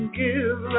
give